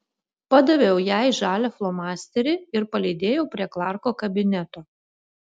padaviau jai žalią flomasterį ir palydėjau prie klarko kabineto